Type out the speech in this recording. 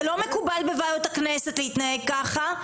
זה לא מקובל להתנהג ככה בוועדות הכנסת.